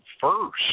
first